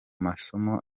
masomo